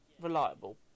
Reliable